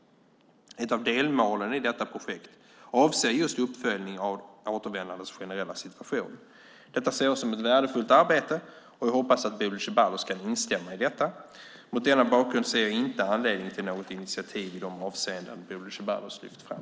Ett av delmålen i detta projekt avser just uppföljning av de återvändandes generella situation. Detta ser jag som ett värdefullt arbete och jag hoppas att Bodil Ceballos kan instämma i detta. Mot denna bakgrund ser jag inte anledning till något initiativ i de avseenden Bodil Ceballos lyft fram.